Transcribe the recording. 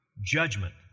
judgment